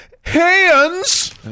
hands